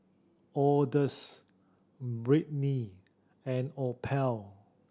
Odus Britny and Opal